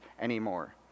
anymore